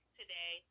today